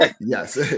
yes